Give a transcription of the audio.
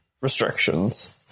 Restrictions